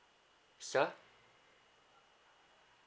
sir